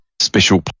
special